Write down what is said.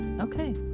Okay